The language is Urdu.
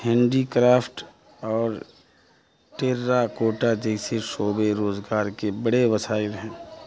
ہینڈی کرافٹ اور ٹیرا کوٹا جیسے شعبے روزگار کے بڑے وسائل ہیں